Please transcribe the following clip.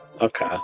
Okay